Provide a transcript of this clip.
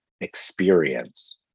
experience